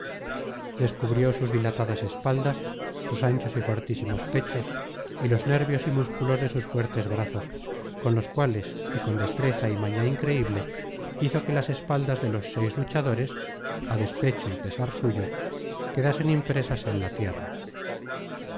descubrió sus dilatadas espaldas sus anchos y fortísimos pechos y los nervios y músculos de sus fuertes brazos con los cuales y con destreza y maña increible hizo que las espaldas de los seis luchadores á despecho y pesar suyo quedasen impresas en la tierra